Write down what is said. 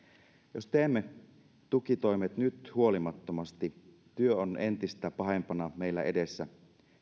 jos teemme tukitoimet nyt huolimattomasti työ on entistä pahempana meillä edessä